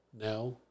now